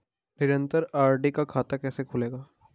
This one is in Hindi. निरन्तर आर.डी का खाता कैसे खुलेगा?